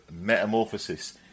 Metamorphosis